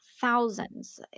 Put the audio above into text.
thousands